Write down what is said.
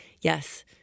yes